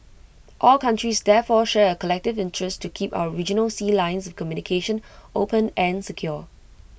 all countries therefore share A collective interest to keep our regional sea lines of communication open and secure